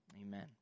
amen